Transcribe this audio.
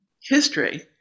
history